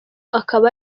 akaba